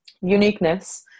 uniqueness